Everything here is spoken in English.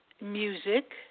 music